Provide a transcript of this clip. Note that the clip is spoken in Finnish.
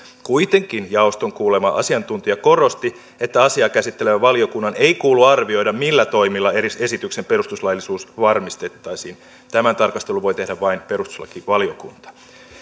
kuitenkin jaoston kuulema asiantuntija korosti että asiaa käsittelevän valiokunnan ei kuulu arvioida millä toimilla esityksen perustuslaillisuus varmistettaisiin tämän tarkastelun voi tehdä vain perustuslakivaliokunta